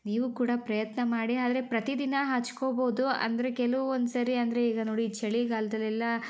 ನೀವು ಕೂಡ ಪ್ರಯತ್ನ ಮಾಡಿ ಆದರೆ ಪ್ರತಿ ದಿನ ಹಚ್ಕೋಭೌದು ಅಂದರೆ ಕೆಲವೊಂದ್ಸರಿ ಅಂದರೆ ಈಗ ನೋಡಿ ಚಳಿಗಾಲದಲೆಲ್ಲ